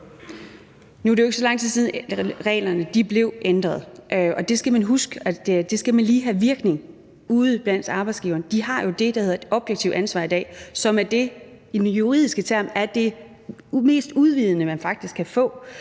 Nu er det jo ikke så lang tid siden, at reglerne blev ændret, og der skal man huske, at det lige skal virke ude blandt arbejdsgiverne. De har jo det, der hedder et objektivt ansvar i dag, som er det, der med en juridisk term er det mest udvidede, man faktisk kan få.